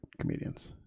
comedians